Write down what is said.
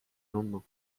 lendemain